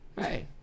hey